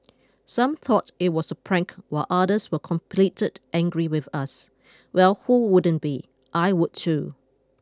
some thought it was a prank while others were completed angry with us well who wouldn't be I would too